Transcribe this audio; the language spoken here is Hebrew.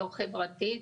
לא חברתית,